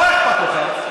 לא אכפת לך,